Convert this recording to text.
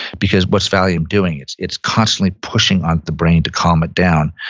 because what's valium doing? it's it's constantly pushing on the brain to calm it down.